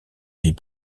vie